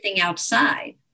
outside